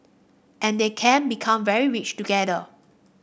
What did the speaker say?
and they can become very rich together